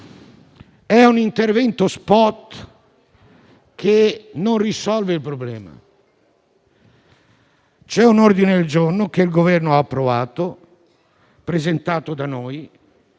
È un intervento *spot* che non risolve il problema. C'è un ordine del giorno che il Governo ha approvato, presentato da noi,